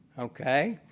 okay,